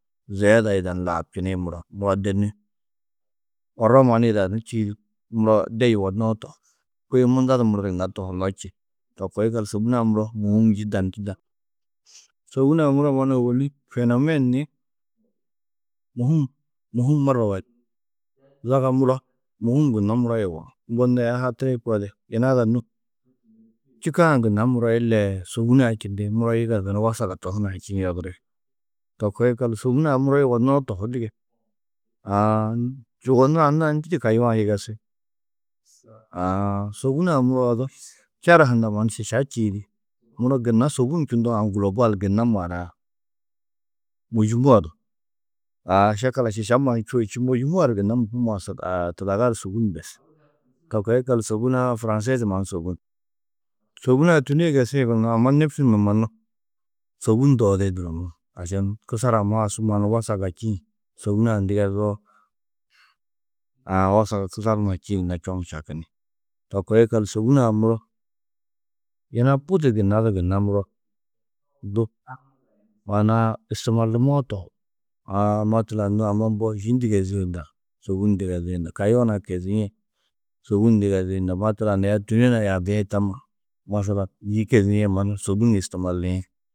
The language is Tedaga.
Ziyeda yida ni laabčini muro. Muro de nû, orro mannu yidanú čîidi, muro de yugonnoó tohú. Kôe munda du muro gunna tohunnó čî. To koo yikallu sôbun-ã muro mûhim jîdan jîdan. Sôbun-ã muro mannu ôwonni fênonem ni môhum môhum marra wahid. Zaga muro môhum gunnó muro yugó. Mbo nû aya hatirĩ koo di yina ada nû čîkã gunna muro ilee sôbun-ã čindi muro yigezu ni wasag a to hunã ha čîĩ yodiri. To koo yikallu sôbun-ã muro yugonnoó tohú dige. Aã yugonnoó anna-ã ndû di kayuã yigesi? Aã sôbun-ã muro odu čera hundã mannu šiša čîidi, muro gunna sôbun čundoo aã gûlobal gunna maana-ã. Môjumuã du. Aã šekela šiša mannu čûo čî, môjumuã du gunna aa tudaga du sôbun bes. To koo yikallu sôbun-ã furãnsee du mannu sôbun. Sôbun-ã tûne yigesiĩ gunnoó, amma nêfsi numa mannu sôbun ndoondiĩ durumuũ? Ašan kusar ammaa-ã su mannu wasag a čîĩ sôbun-ã ndigezoo, aã wasag a kusar numa ha čîĩ gunna čoŋu čakini. To koo yikallu sôbun-ã muro, yina budi gunna du gunna muro du maana-ã istimaalumoo tohú. Aã matlan nû amma mbo yî ndigezîe nda, sôbun ndigeziĩ na, kayuã naa kezîe sôbun ndigeziĩ na. Matlan aya tûne nuã yaabi-ĩ tamma masalan yî kêzie mannu sôbun istimaaliĩ